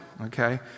okay